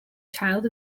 child